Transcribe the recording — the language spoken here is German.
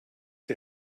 die